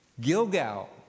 Gilgal